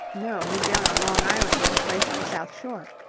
no, he's down on long island at a place on the south shore.